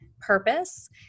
purpose